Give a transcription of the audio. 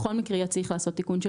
בכל מקרה יהיה צריך לעשות תיקון של